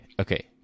okay